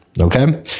Okay